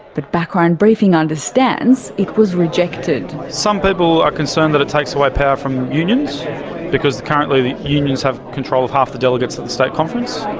but background briefing understands it was rejected. some people are concerned that it takes away power from unions because currently the unions have control of half the delegates at the state conference,